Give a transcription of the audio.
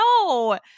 No